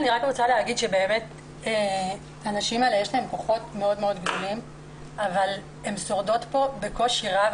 באמת לנשים האלה יש כוחות מאוד גדולים אבל הן שורדות בקושי רב.